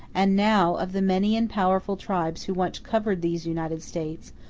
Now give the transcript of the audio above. and now, of the many and powerful tribes who once covered these united states,